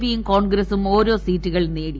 പിയും കോൺഗ്രസും ഓരോ സീറ്റുകൾ നേടി